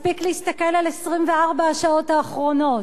מספיק להסתכל על 24 השעות האחרונות.